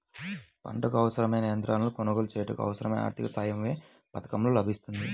పంటకు అవసరమైన యంత్రాలను కొనగోలు చేయుటకు, అవసరమైన ఆర్థిక సాయం యే పథకంలో లభిస్తుంది?